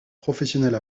professionnelle